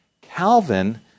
Calvin